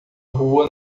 rua